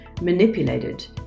manipulated